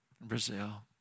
Brazil